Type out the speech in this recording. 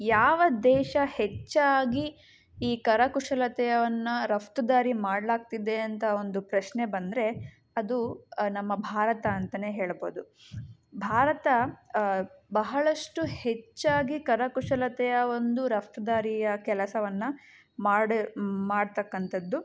ಯಾವ ದೇಶ ಹೆಚ್ಚಾಗಿ ಈ ಕರಕುಶಲತೆಯನ್ನು ರಫ್ತುದಾರಿ ಮಾಡಲಾಗ್ತಿದೆ ಅಂತ ಒಂದು ಪ್ರಶ್ನೆ ಬಂದರೆ ಅದು ನಮ್ಮ ಭಾರತ ಅಂತ ಹೇಳ್ಬೋದು ಭಾರತ ಬಹಳಷ್ಟು ಹೆಚ್ಚಾಗಿ ಕರಕುಶಲತೆಯ ಒಂದು ರಫ್ತುದಾರಿಯ ಕೆಲಸವನ್ನು ಮಾಡ ಮಾಡ್ತಕ್ಕಂತದ್ದು